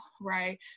right